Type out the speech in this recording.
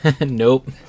Nope